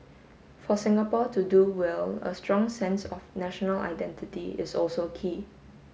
for Singapore to do well a strong sense of national identity is also key